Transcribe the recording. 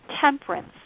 temperance